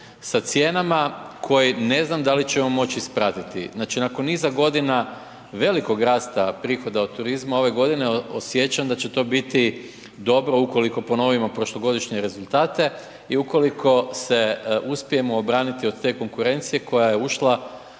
sa cijenama koje ne znam da li ćemo moći ispratiti. Znači, nakon niza godina velikog rasta prihoda od turizma, ove godine osjećam da će to biti dobro ukoliko ponovimo prošlogodišnje rezultate i ukoliko se uspijemo obraniti od te konkurencije koja je ušla,